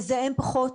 מזהם פחות,